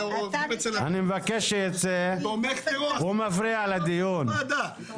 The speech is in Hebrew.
הוא מפריע לדיון.